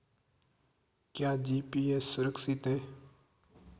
क्या जी.पी.ए सुरक्षित है?